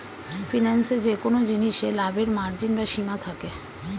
ফিন্যান্সে যেকোন জিনিসে লাভের মার্জিন বা সীমা থাকে